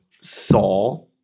Saul